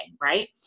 right